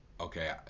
Okay